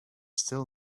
still